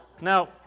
No